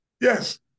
yes